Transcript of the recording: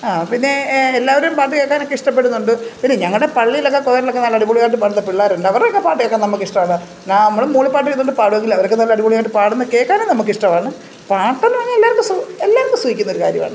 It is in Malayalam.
പിന്നെ എ എല്ലാവരും പാട്ട് കേൾക്കാനൊക്കെ ഇഷ്ടപ്പെടുന്നുണ്ട് പിന്നെ ഞങ്ങളുടെ പള്ളിയിലൊക്കെ കൊയറിലൊക്കെ നല്ല അടിപൊളിയായിട്ട് പാടുന്ന പിള്ളേർ ഉണ്ട് അവരുടെ പാട്ട് കേൾക്കാൻ നമുക്ക് ഇഷ്ടമാണ് നമ്മളും മൂളി പാട്ട് ഇരുന്നുകൊണ്ട് പാടുമെങ്കിലും അവരൊക്കെ നല്ല അടിപൊളിയായിട്ട് പാടുന്നത് കേൾക്കാനും നമുക്ക് ഇഷ്ടമാണ് പാട്ടെന്ന് പറഞ്ഞാൽ എല്ലാവർക്കും സു എല്ലാവർക്കും സുഖിക്കുന്നൊരു കാര്യമാണ്